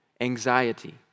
anxiety